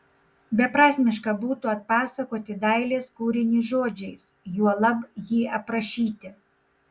beprasmiška būtų atpasakoti dailės kūrinį žodžiais juolab jį aprašyti